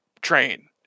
train